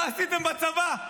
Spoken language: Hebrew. מה עשיתם בצבא?